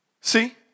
See